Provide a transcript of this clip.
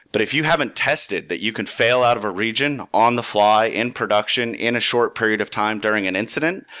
but if you haven't tested that you can fail out of a region on the fly, in production, in a short period of time, during an incident,